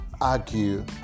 argue